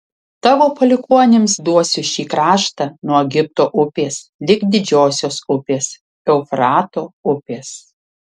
tavo palikuonims duosiu šį kraštą nuo egipto upės lig didžiosios upės eufrato upės